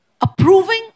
approving